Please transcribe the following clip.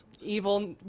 evil